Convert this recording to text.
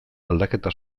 aldaketa